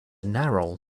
narrow